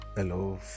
Hello